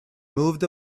moved